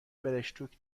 برشتوک